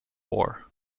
war